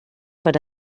per